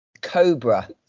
Cobra